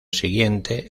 siguiente